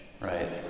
right